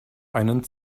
einen